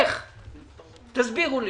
תסבירו לי.